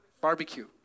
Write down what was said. barbecue